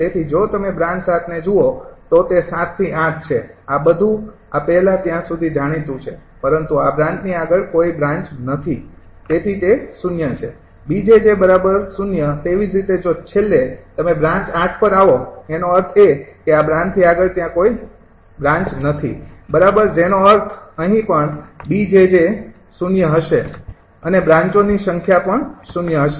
તેથી જો તમે બ્રાન્ચ ૭ ને જુઓ તો તે ૭ થી ૮ છે આ બધું આ પહેલા ત્યાં સુધી જાણીતું છે પરંતુ આ બ્રાન્ચની આગળ કોઈ બ્રાન્ચ નથી તેથી તે ૦ છે B𝑗𝑗 ૦ તેવી જ રીતે જો છેલ્લે તમે બ્રાન્ચ ૮ પર આવો તેનો અર્થ એ કે આ બ્રાન્ચથી આગળ ત્યાં કોઈ બ્રાન્ચ નથી બરાબર જેનો અર્થ અહીં પણ 𝐵𝑗𝑗 ૦ હશે અને બ્રાંચોની સંખ્યા પણ ૦ હશે